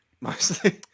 mostly